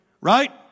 Right